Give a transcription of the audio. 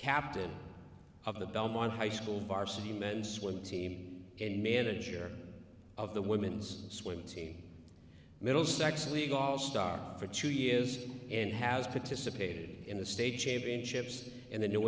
captain of the belmont high school varsity men's swim team and manager of the women's swim team middlesex league all star for two years and has participated in the state championships in the new